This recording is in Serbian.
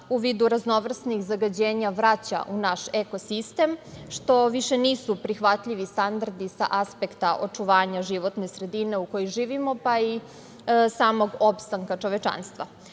u vidu raznovrsnih zagađenja vraća u naš ekosistem, što više nisu prihvatljivi standardi sa aspekta očuvanja životne sredine u kojoj živimo, pa i samog opstanka čovečanstva.